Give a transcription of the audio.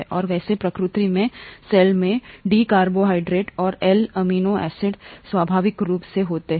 और वैसे प्रकृति में सेल में डी कार्बोहाइड्रेट और एल एमिनो एसिड स्वाभाविक रूप से होते हैं